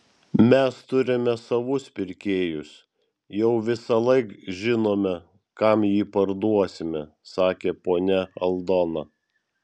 mes turime savus pirkėjus jau visąlaik žinome kam jį parduosime sakė ponia aldona